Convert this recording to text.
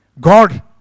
God